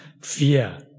fear